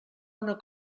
una